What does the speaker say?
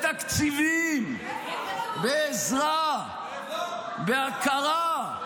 בתקציבים, בעזרה, בהכרה.